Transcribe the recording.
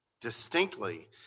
distinctly